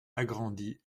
agrandie